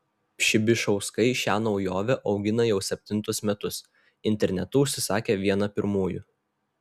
pšibišauskai šią naujovę augina jau septintus metus internetu užsisakė vieną pirmųjų